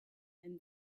and